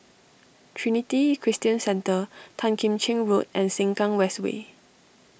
Trinity Christian Centre Tan Kim Cheng Road and Sengkang West Way